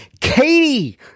katie